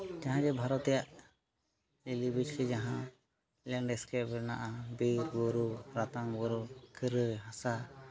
ᱡᱟᱦᱟᱸᱭ ᱡᱮ ᱵᱷᱟᱨᱚᱛ ᱨᱮᱭᱟᱜ ᱞᱤᱞᱤᱵᱤᱪᱷᱤ ᱡᱟᱦᱟᱸ ᱞᱮᱱᱰᱥᱠᱮᱯ ᱨᱮᱭᱟᱜ ᱵᱤᱨᱼᱵᱩᱨᱩ ᱨᱟᱛᱟᱝ ᱵᱩᱨᱩ ᱠᱟᱹᱨᱟ ᱦᱟᱥᱟ